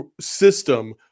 system